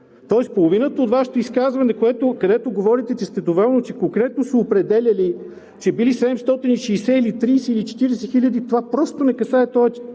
Тоест, половината от Вашето изказване, където говорите, че сте доволни, че конкретно се определяли, че били 760 000 или 730 000, или 740 000, това просто не касае този